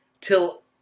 till